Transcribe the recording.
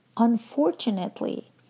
Unfortunately